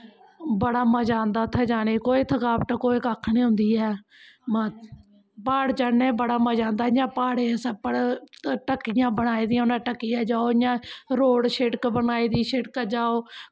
बड़ा मज़ा औंदा उत्थें जाने गी कोई थकावट कोई कक्ख निं होंदी ऐ मां प्हाड़ चढ़ने गी बड़ा मज़ा आंदा इ'यां प्हाड़ें सप्पड़ टक्कियां बनाई दियां उ'नें टक्किया जाओ इ'यां रोड़ शिड़क बनाई दी शिड़का जाओ